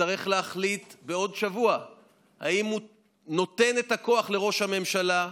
יצטרך להחליט בעוד שבוע אם הוא נותן את הכוח לראש הממשלה,